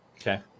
Okay